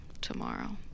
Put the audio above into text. tomorrow